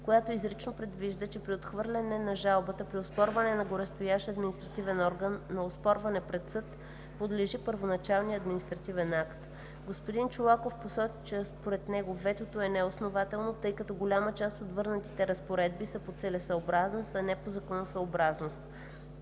която изрично предвижда, че при отхвърляне на жалбата при оспорване пред горестоящ административен орган на оспорване пред съд подлежи първоначалният административен акт. Господин Чолаков посочи, че според него ветото е неоснователно, тъй като голяма част от върнатите разпоредби са по целесъобразност, а не по законосъобразност.